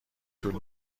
طول